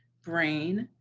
brain,